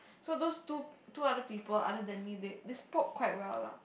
so those two two other people other than me they they spoke quite well lah